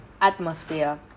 atmosphere